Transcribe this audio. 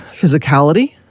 physicality